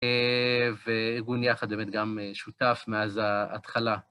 והגון יחד באמת גם שותף מאז ההתחלה.